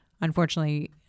unfortunately